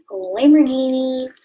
lamborghini.